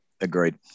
agreed